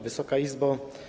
Wysoka Izbo!